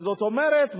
זאת אומרת,